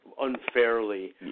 unfairly